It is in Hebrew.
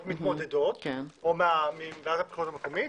מתמודדות או מוועדת הבחירות המקומית,